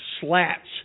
slats